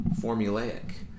formulaic